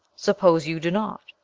suppose you do not,